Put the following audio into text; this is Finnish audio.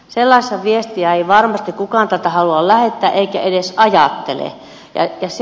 sellaista viestiä ei varmasti kukaan täältä halua lähettää eikä edes ajattele